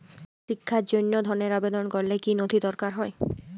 শিক্ষার জন্য ধনের আবেদন করলে কী নথি দরকার হয়?